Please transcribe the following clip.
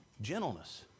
Gentleness